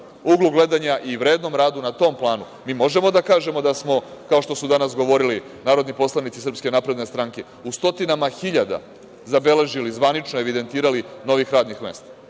uglu gledanja i vrednom radu na tom planu, možemo da kažemo da smo kao što su danas govorili narodni poslanici SNS, u stotinama hiljada zabeležili, zvanično evidentirali novih radnih mesta.